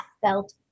felt